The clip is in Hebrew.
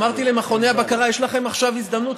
אמרתי למכוני הבקרה: יש לכם עכשיו הזדמנות,